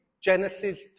Genesis